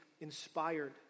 inspired